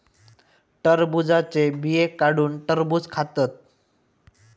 टरबुजाचे बिये काढुन टरबुज खातत